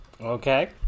Okay